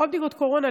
עוד בדיקות קורונה,